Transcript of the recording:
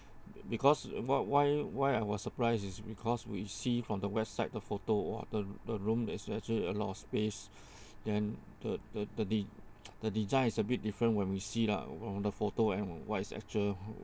because what why why I was surprised is because we've seen from the website the photo !wah! the the room is actually a lot of space then the the the de~ the design is a bit different when we see lah from the photo and what is actual